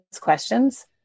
questions